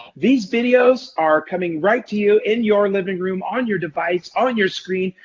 these videos are coming right to you in your living room on your device, on your screen.